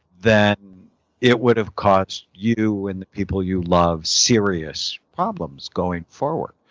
then it would have caused you and the people you love serious problems going forward.